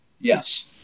Yes